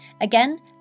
Again